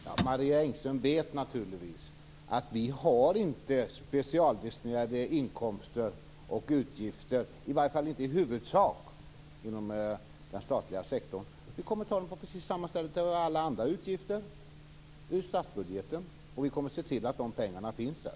Herr talman! Marie Engström vet naturligtvis att vi inte har specialdestinerade inkomster och utgifter, i varje fall inte i huvudsak inom den statliga sektorn. Vi kommer att ta pengarna från precis samma ställe som när det gäller att ta pengar till alla andra utgifter, nämligen från statsbudgeten. Vi kommer att se till att pengarna finns där.